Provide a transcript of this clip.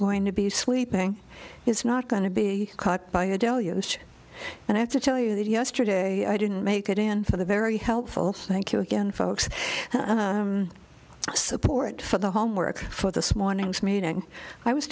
going to be sleeping is not going to be cut by a deluge and i have to tell you that yesterday i didn't make it in for the very helpful thank you again folks support for the homework for this morning's meeting i was